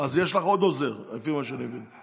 אז יש לך עוד עוזר, לפי מה שאני מבין.